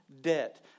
debt